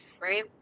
right